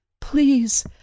Please